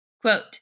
Quote